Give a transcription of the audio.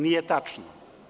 Nije tačno.